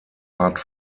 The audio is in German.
hart